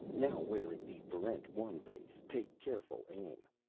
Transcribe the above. now wearing the barrent one face, take careful aim.